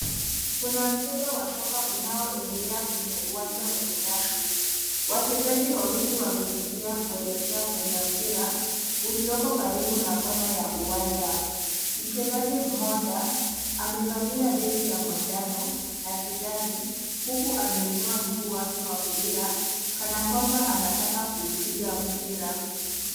Kuna mchezo wa soka unaondelea kwenye uwanja wenye nyasi. Wachezaji wawili wamekimbia kuelekea kwenye mpira ulioko karibu na kona ya uwanja. Mchezaji mmoja amevaa jezi ya manjano na kijani huku ameinua mguu wake wa kulia kana kwamba anataka kuupiga mpira.